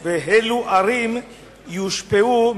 3. אילו ערים יושפעו מהשינויים,